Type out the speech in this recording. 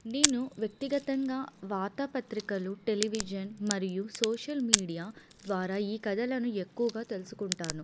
నేను వ్యక్తిగతంగా వార్తాపత్రికలు టెలివిజన్ మరియు సోషల్ మీడియా ద్వారా ఈ కథలను ఎక్కువగా తెలుసుకుంటాను